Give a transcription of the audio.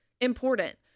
important